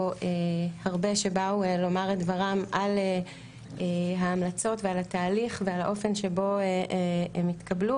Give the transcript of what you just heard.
הרבה שבאו לומר את דברם על ההמלצות ועל התהליך ועל האופן שבו הם התקבלו.